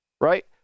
right